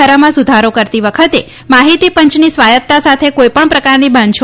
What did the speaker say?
ધારામાં સુધારો કરતી વખતે માહિતી પંચની સ્વાયત્તા સાથે કોઇ પણ પ્રકારની બાંધછોડ નહીં કરાય